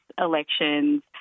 elections